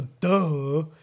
Duh